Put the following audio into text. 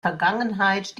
vergangenheit